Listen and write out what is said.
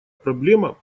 проблема